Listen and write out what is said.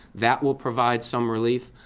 that will provide some relief.